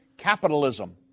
Capitalism